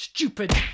Stupid